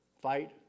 Fight